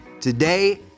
Today